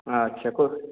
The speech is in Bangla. আচ্ছা তো